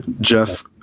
jeff